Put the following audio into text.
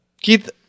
Keith